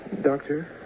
Doctor